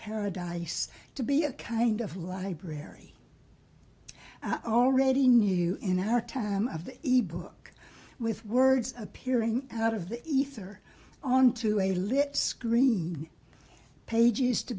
paradise to be a kind of library i already knew in our time of the ebook with words appearing of the ether on to a lip screen pages to